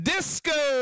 Disco